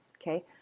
okay